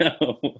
no